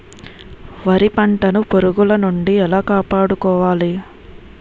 వరి పంటను పురుగుల నుండి ఎలా కాపాడుకోవాలి?